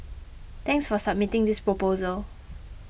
thanks for submitting this proposal